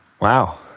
Wow